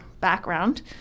background